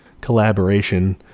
collaboration